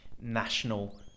national